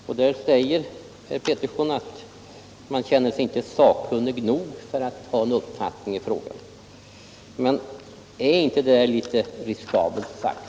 Per Petersson säger att han inte känner sig sakkunnig nog för att ha en uppfattning i den frågan. Men är inte detta ett något riskabelt uttalande?